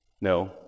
No